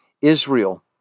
Israel